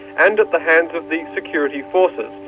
and at the hands of the security forces.